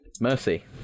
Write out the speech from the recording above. mercy